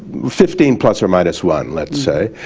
fifteen plus or minus one let's say.